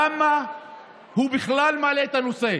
למה הוא בכלל מעלה את הנושא?